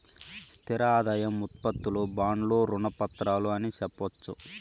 స్థిర ఆదాయం ఉత్పత్తులు బాండ్లు రుణ పత్రాలు అని సెప్పొచ్చు